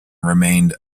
remained